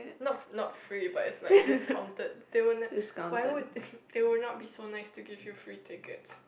not not free but it's like discounted they will ne~ why would they they will not be so nice to give you free tickets